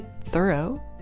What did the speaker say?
thorough